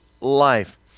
life